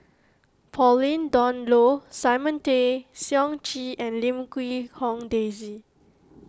Pauline Dawn Loh Simon Tay Seong Chee and Lim Quee Hong Daisy